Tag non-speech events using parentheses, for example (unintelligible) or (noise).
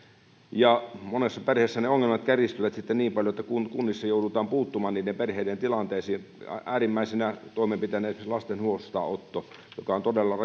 ja monessa perheessä ne ongelmat kärjistyvät sitten niin paljon että kunnissa joudutaan puuttumaan niiden perheiden tilanteisiin äärimmäisenä toimenpiteenä esimerkiksi lasten huostaanotto joka on todella (unintelligible)